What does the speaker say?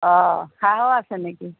অঁ হাঁহও আছে নেকি